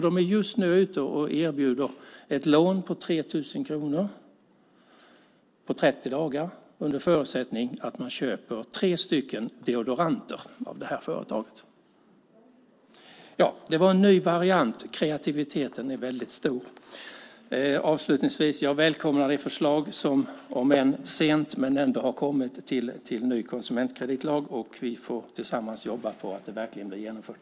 De erbjuder just nu ett lån på 3 000 kronor på 30 dagar under förutsättning att man köper tre deodoranter av dem. Det var en ny variant. Kreativiteten är stor. Avslutningsvis vill jag säga att jag välkomnar det förslag till ny konsumentkreditlag som, om än sent men dock, har kommit. Vi får jobba tillsammans på att det verkligen blir genomfört.